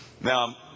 Now